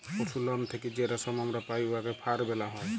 পশুর লম থ্যাইকে যে রেশম আমরা পাই উয়াকে ফার ব্যলা হ্যয়